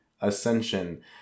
Ascension